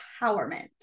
empowerment